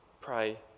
pray